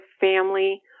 family